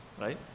right